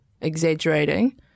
exaggerating